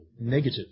negative